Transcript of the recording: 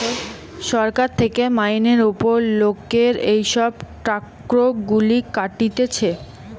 সরকার থেকে মাইনের উপর লোকের এসব ট্যাক্স গুলা কাটতিছে